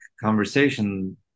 conversation